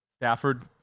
Stafford